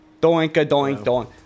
Doink-a-doink-doink